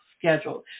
scheduled